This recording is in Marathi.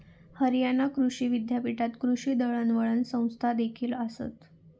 हरियाणा कृषी विद्यापीठात कृषी दळणवळण संस्थादेखील आसत